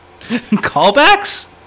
callbacks